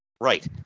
Right